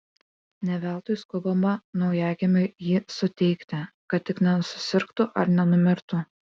ne veltui skubama naujagimiui jį suteikti kad tik nesusirgtų ar nenumirtų